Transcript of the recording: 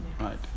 right